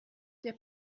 der